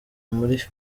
muri